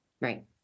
Right